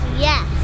Yes